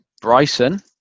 Bryson